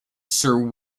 sir